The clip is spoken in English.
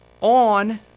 on